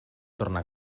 torna